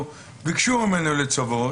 ביקשו ממנו לצוות.